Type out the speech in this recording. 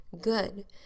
good